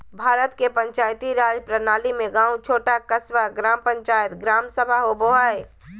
भारत के पंचायती राज प्रणाली में गाँव छोटा क़स्बा, ग्राम पंचायत, ग्राम सभा होवो हइ